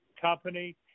company